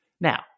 Now